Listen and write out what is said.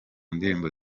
ndirimbo